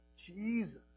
Jesus